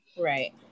right